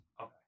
Okay